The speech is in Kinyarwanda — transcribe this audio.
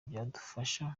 byadufasha